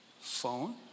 phone